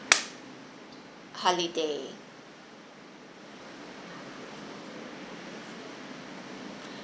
holiday